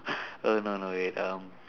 err no no wait um